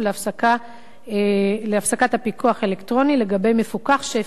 להפסקת הפיקוח אלקטרוני לגבי מפוקח שהפר את תנאיו.